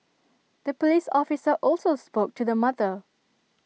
the Police officer also spoke to the mother